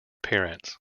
appearance